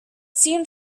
seemed